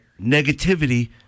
negativity